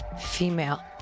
female